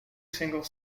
single